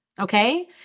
Okay